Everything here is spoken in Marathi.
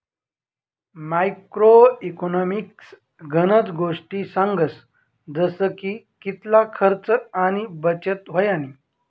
मॅक्रो इकॉनॉमिक्स गनज गोष्टी सांगस जसा की कितला खर्च आणि बचत व्हयनी